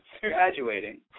graduating